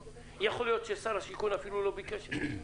יכול להיות ששר השיכון אפילו לא ביקש כלום.